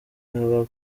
haba